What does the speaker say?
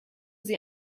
sie